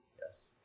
Yes